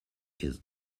his